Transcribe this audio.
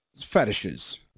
Fetishes